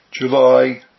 July